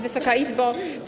Wysoka Izbo!